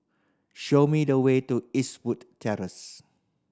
show me the way to Eastwood Terrace